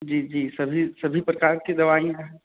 जी जी सभी सभी प्रकार की दवाइयाँ हैं